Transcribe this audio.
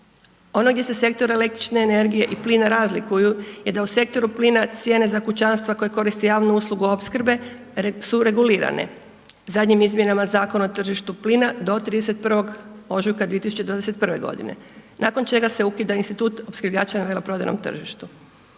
Ono gdje se sektor električne energije i plina razlikuju je da u sektoru plina cijene za kućanstva koje koristi javnu uslugu opskrbe su regulirane. Zadnjim izmjenama Zakona o tržištu plina do 31. ožujka 2021. godine nakon čega se ukida institut opskrbljivača na veleprodajnom tržištu.